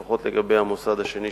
לפחות לגבי המוסד השני,